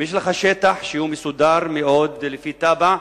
אם יש לך שטח מסודר מאוד, לפי תב"ע,